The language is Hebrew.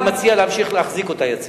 אני מציע להמשיך להחזיק אותה יציבה.